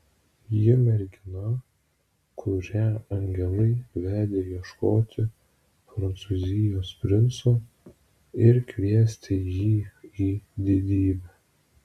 ji mergina kurią angelai vedė ieškoti prancūzijos princo ir kviesti jį į didybę